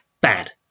bad